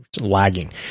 lagging